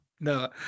No